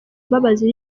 mbabazi